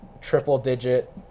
triple-digit